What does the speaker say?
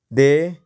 ਦੇ